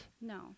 no